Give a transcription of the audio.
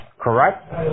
Correct